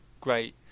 great